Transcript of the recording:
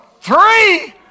three